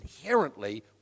inherently